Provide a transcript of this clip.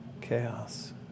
Chaos